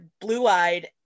blue-eyed